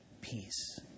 peace